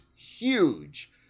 huge